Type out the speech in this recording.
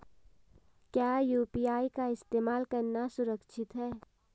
क्या यू.पी.आई का इस्तेमाल करना सुरक्षित है?